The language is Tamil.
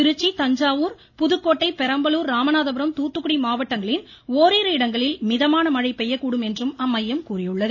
திருச்சி தஞ்சாவூர் புதுக்கோட்டை பெரம்பலூர் ராமநாதபுரம் தூத்துக்குடி மாவட்டங்களின் ஓரிரு இடங்களில் மிதமான மழை பெய்யக்கூடும் என்றும் அம்மையம் கூறியுள்ளது